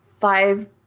five